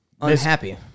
unhappy